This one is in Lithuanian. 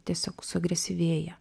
tiesiog agresyvėja